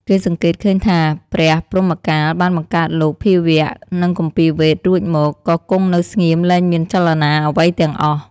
គេសង្កេតឃើញថា ព្រះព្រហ្មកាលបានបង្កើតលោក ភាវៈ និងគម្ពីរវេទរួចមក ក៏គង់នៅស្ងៀមលែងមានចលនាអ្វីទាំងអស់។